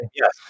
yes